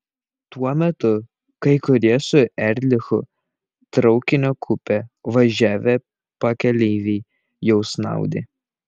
tuo metu kai kurie su erlichu traukinio kupė važiavę pakeleiviai jau snaudė